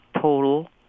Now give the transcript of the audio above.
total